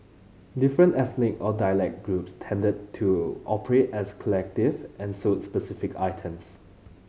different ethnic or dialect groups tended to operate as collective and sold specific items